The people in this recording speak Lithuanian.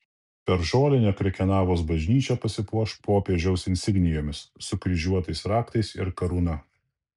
per žolinę krekenavos bažnyčia pasipuoš popiežiaus insignijomis sukryžiuotais raktais ir karūna